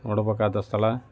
ನೋಡಬೇಕಾದ ಸ್ಥಳ